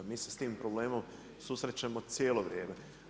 Mi se s tim problemom susrećemo cijelo vrijeme.